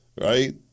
right